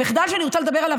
המחדל שאני רוצה לדבר עליו,